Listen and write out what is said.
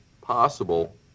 possible